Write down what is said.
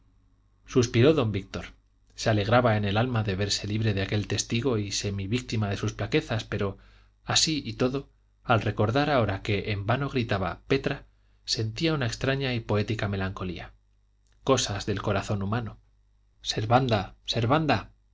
suspiró don víctor se alegraba en el alma de verse libre de aquel testigo y semi víctima de sus flaquezas pero así y todo al recordar ahora que en vano gritaba petra sentía una extraña y poética melancolía cosas del corazón humano